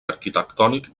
arquitectònic